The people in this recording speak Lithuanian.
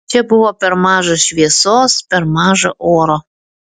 čia buvo per maža šviesos per maža oro